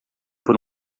por